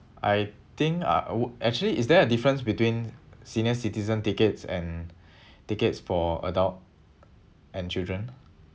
I think I would actually is there a difference between senior citizen tickets and tickets for adult and children